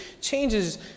changes